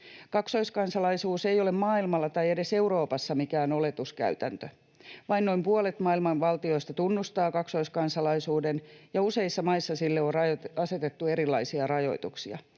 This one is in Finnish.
Kaksoiskansalaisuus ei ole maailmalla tai edes Euroopassa mikään oletuskäytäntö. Vain noin puolet maailman valtioista tunnustaa kaksoiskansalaisuuden, ja useissa maissa sille on asetettu erilaisia rajoituksia.